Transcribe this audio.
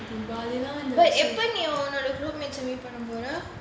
எப்போ நீ:eppo nee roommates ah meet பண்ண போற:panna pora